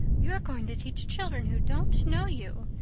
you're going to teach children who don't know you,